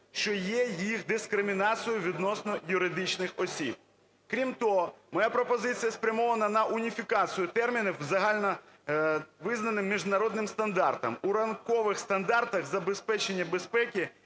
що є їх дискримінацією відносно юридичних осіб. Крім того, моя пропозиція спрямована на уніфікацію термінів загальновизнаним міжнародним стандартом. У рамкових стандартах забезпечення безпеки